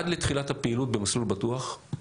עד לתחילת הפעילות ב"מסלול בטוח"